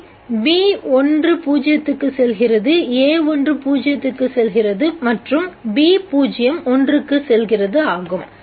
அவை மற்றும் ஆகும்